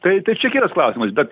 tai tai čia kitas klausimas bet